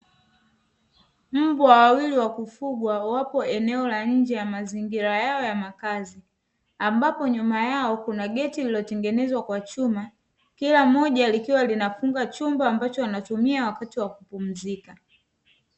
Mbwa wawili wa kufugwa wapo eneo la nje ya mazingira yao ya makazi, ambapo nyuma yao kuna geti lililotengenezwa kwa chuma kila mmoja likiwa linafunga chumba ambacho wanatumia wakati wa kupumzika.